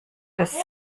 des